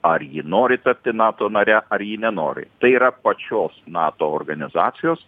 ar ji nori tapti nato nare ar ji nenori tai yra pačios nato organizacijos